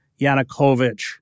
Yanukovych